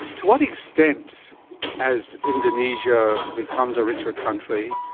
to what extent as indonesia becomes a richer country,